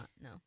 no